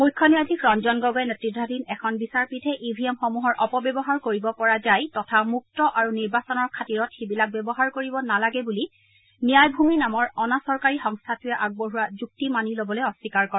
মুখ্য ন্যায়াধীশ ৰঞ্জন গগৈৰ নেতৃতাধীন এখন বিচাৰপীঠে ই ভি এম সমূহৰ অপ ব্যৱহাৰ কৰিব পৰা যায় তথা মুক্ত আৰু নিৰ্বাচনৰ খাতিৰত সিবিলাক ব্যৱহাৰ কৰিব নালাগে বুলি 'ন্যায়ভূমি' নামৰ অনা চৰকাৰী সংস্থাটোৱে আগবঢ়োৱা যুক্তি মানি ল'বলৈ অস্নীকাৰ কৰে